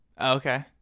Okay